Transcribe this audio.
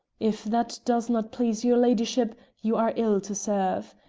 if that does not please your ladyship, you are ill to serve.